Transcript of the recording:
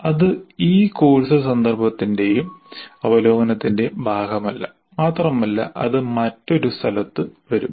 അത് ഈ കോഴ്സ് സന്ദർഭത്തിന്റെയും അവലോകനത്തിന്റെയും ഭാഗമല്ല മാത്രമല്ല അത് മറ്റൊരു സ്ഥലത്ത് വരും